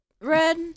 Red